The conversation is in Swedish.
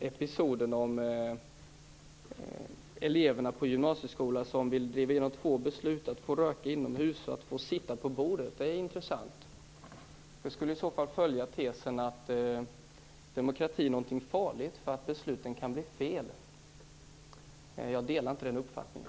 Episoden med eleverna på en gymnasieskola som vill driva igenom två beslut - att få röka inomhus och att få sitta på borden - är intressant. Den skulle i så fall följa tesen att demokrati är något farligt, eftersom besluten kan bli fel. Jag delar inte den uppfattningen.